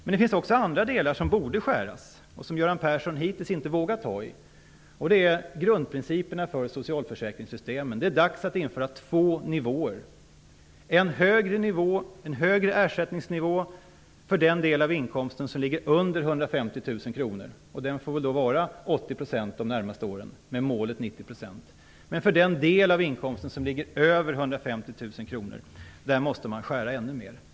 Men det finns också andra delar där det borde skäras, och som Göran Persson hittills inte vågat ta tag i, nämligen grundprinciperna för socialföräkringssystemen. Det är dags att införa två nivåer, en högre ersättningsnivå för den del av inkomsten som ligger under 150 000 kr. Den får väl då vara t.ex. 80 % de närmaste åren, med målet 90 %. Men i den del av inkomsten som ligger över 150 000 kr måste man skära ännu mer.